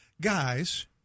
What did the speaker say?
guys